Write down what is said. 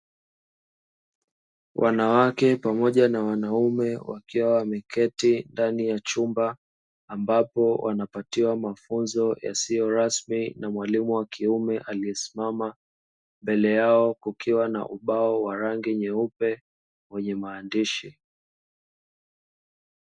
Wanawake pamoja na wanaume wakiwa wameketi ndani ya chumba, ambapo wanapatiwa mafunzo yasiyo rasmi na mwalimu wakiume aliyesimama mbele yao. Kukiwa na ubao wa rangi nyeupe wenye maandishi.